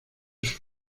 sus